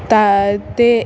तानि तानि